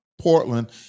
portland